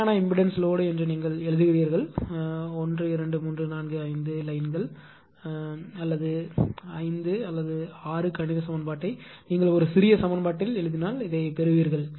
நிலையான இம்பெடன்ஸ் லோடுஎன்று நீங்கள் எழுதுகிறீர்கள் 1 2 3 4 5 லைன்கள் 5 அல்லது 6 கணித சமன்பாட்டை நீங்கள் ஒரு சிறிய சமன்பாட்டில் எழுதினால் இதைப் பெறுவீர்கள்